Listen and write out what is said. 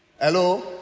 Hello